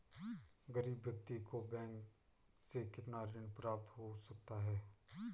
गरीब व्यक्ति को बैंक से कितना ऋण प्राप्त हो सकता है?